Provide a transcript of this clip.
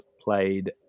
played